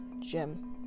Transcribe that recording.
Jim